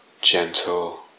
gentle